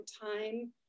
time